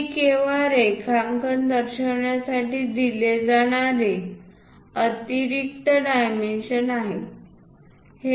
हे केवळ रेखांकन दर्शवण्यासाठी दिले जाणारे अतिरिक्त डायमेन्शन्स आहेत